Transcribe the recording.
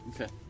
Okay